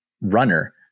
runner